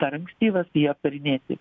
per ankstyvas jį aptarinėti